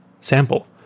sample